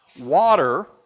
water